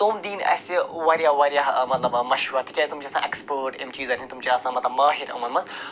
تِم دِنۍ اَسہِ واریاہ واریاہ مطلب مشوَر تِکیٛازِ تِم چھِ آسان اٮ۪کٕسپٲٹ اَمہِ چیٖزَن ہِنٛدۍ تِم چھِ آسان مطلب ماہِر یِمَن منٛز